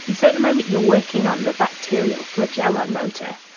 and so at the moment you're working on the bacterial flagellar motor.